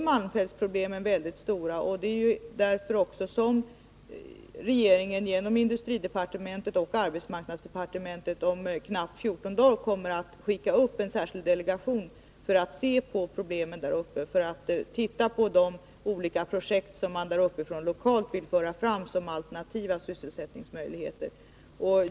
Malmfältsproblemen är mycket stora, och det är också därför regeringen genom industridepartementet och arbetsmarknadsdepartementet om knappt 14 dagar kommer att skicka upp en delegation som skall se på problemen och på de olika projekt som man lokalt vill föra fram för att skapa alternativa sysselsättningsmöjligheter.